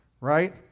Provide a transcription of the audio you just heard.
right